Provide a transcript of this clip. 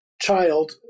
child –